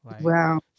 Wow